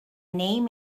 name